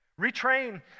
retrain